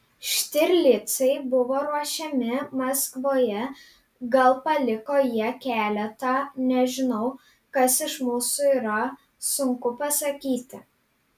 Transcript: štirlicai buvo ruošiami maskvoje gal paliko jie keletą nežinau kas iš mūsų yra sunku pasakyti